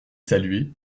saluer